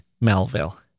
Melville